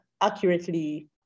accurately